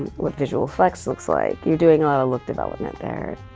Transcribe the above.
what visual fx looks like. you're doing a lot of look development there.